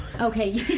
Okay